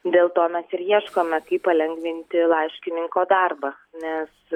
dėl to mes ir ieškome kaip palengvinti laiškininko darbą nes